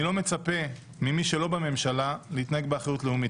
אני לא מצפה ממי שלא בממשלה להתנהג באחריות לאומית.